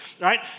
right